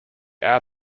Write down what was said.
our